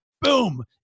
Boom